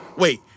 Wait